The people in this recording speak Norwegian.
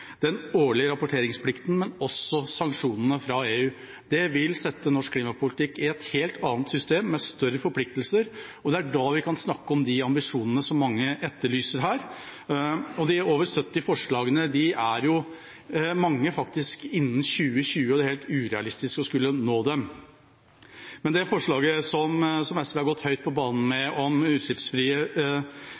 den årlige rapporteringsplikten og også sanksjonene. Det vil sette norsk klimapolitikk i et helt annet system, med større forpliktelser. Og det er da vi kan snakke om de ambisjonene som mange etterlyser her. Av de over 70 forslagene er mange innen 2020, og det er jo helt urealistisk å skulle nå dem. Når det gjelder det forslaget som SV har gått høyt på banen med, om utslippsfrie